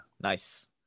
Nice